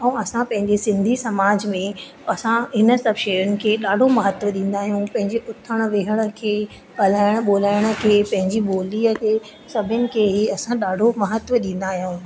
ऐं असां पंहिंजे सिंधी समाज में असां इन सभु शयुनि खे ॾाढो महत्व ॾींदा आहियूं पंहिंजे उथण विहण खे ॻाल्हाइण ॿोलाइण खे पंहिंजी ॿोलीअ खे सभिनि खे ई असां ॾाढो महत्व ॾींदा आहियूं